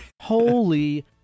holy